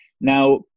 Now